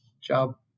job